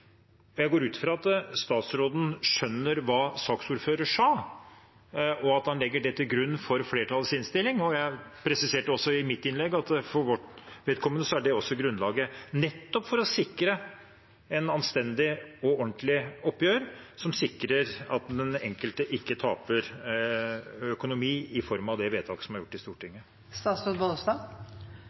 Jeg går ut fra at statsråden skjønner hva saksordføreren sa, og at han legger det til grunn for flertallets innstilling. Jeg presiserte også i mitt innlegg at for vårt vedkommende er det også grunnlaget, nettopp for å sikre et anstendig og ordentlig oppgjør, som sikrer at den enkelte ikke taper økonomisk ved det vedtaket som er gjort i Stortinget.